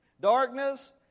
Darkness